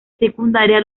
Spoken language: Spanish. secundaria